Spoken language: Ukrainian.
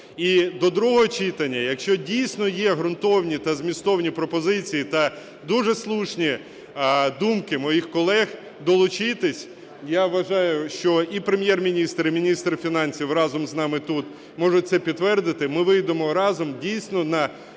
І до другого читання, якщо дійсно є ґрунтовні та змістовні пропозиції та дуже слушні думки моїх колег, долучитись. Я вважаю, що і Прем’єр-міністр, і міністр фінансів разом з нами тут, можуть це підтвердити, ми вийдемо разом дійсно на